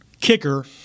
kicker